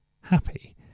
happy